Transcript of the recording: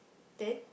then